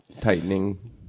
tightening